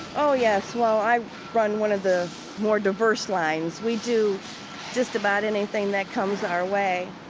oh, yes. well, i run one of the more diverse lines. we do just about anything that comes our way.